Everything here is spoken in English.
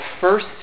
first